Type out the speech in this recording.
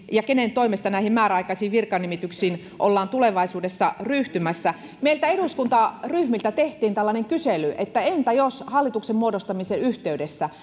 ja kenen toimesta näihin määräaikaisiin virkanimityksiin ollaan tulevaisuudessa ryhtymässä meille eduskuntaryhmille tehtiin tällainen kysely että entä jos hallituksen muodostamisen yhteydessä